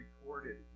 recorded